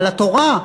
על התורה,